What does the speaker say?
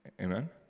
Amen